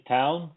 town